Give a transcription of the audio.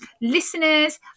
listeners